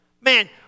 Man